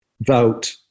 vote